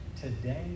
today